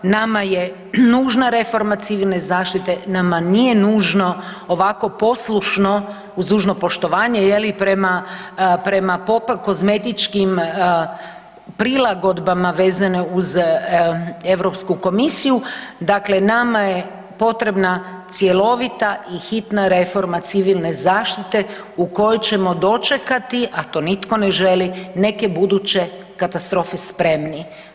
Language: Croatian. Nama je nužna reforma civilne zaštite, nama nije nužno ovako poslušno uz dužno poštovanje je li prema kozmetičkim prilagodbama vezane uz Europsku komisiju, dakle nama je potrebna cjelovita i hitna reforma civilne zaštite u kojoj ćemo dočekati, a to nitko ne želi, neke buduće katastrofe spremni.